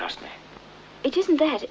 trust me it isn't that